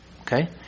Okay